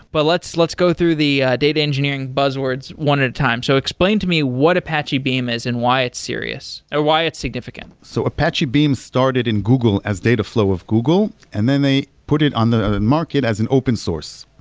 but let's let's go through the data engineering buzzwords one at a time. so explain to me what apache beam is and why it's serious, or why it's significant so apache beam started in google as data flow of google. and then they put it on the market as an open source.